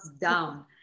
down